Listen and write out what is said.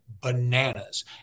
bananas